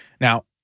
Now